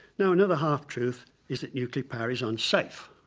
now another half-truth is that nuclear power is unsafe.